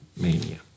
mania